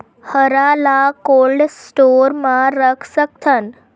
हरा ल cold store म रख सकथन?